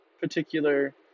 particular